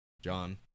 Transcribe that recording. John